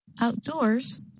Outdoors